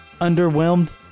underwhelmed